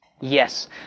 Yes